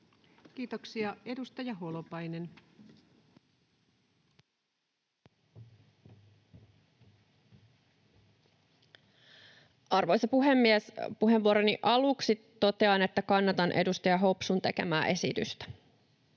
Time: 19:30 Content: Arvoisa puhemies! Puheenvuoroni aluksi totean, että kannatan edustaja Hopsun tekemää esitystä.